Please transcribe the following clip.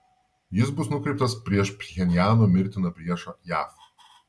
jis bus nukreiptas prieš pchenjano mirtiną priešą jav